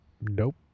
nope